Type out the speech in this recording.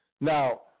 now